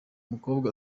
mukobwa